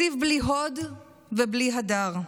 תקציב בלי הוד ובלי הדר,